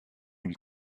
une